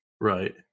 Right